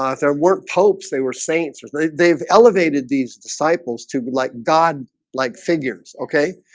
ah there weren't pope's they were saints they've they've elevated these disciples to good like god like figures okay,